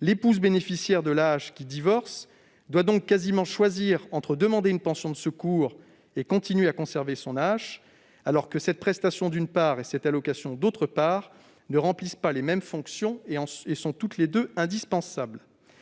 L'épouse bénéficiaire de l'AAH qui divorce doit donc quasiment choisir entre demander une pension de secours et conserver son AAH, alors que cette pension et cette allocation ne remplissent pas les mêmes fonctions et sont toutes les deux indispensables.